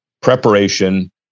preparation